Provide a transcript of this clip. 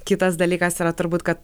kitas dalykas yra turbūt kad